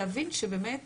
להבין שבאמת